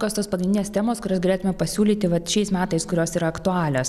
kas tos pagrindinės temos kurias galėtume pasiūlyti vat šiais metais kurios yra aktualios